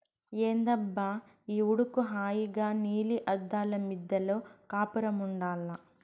ఏందబ్బా ఈ ఉడుకు హాయిగా నీలి అద్దాల మిద్దెలో కాపురముండాల్ల